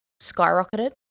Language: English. skyrocketed